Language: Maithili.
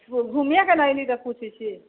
घूमिये कऽ न एली तऽ पुछै छी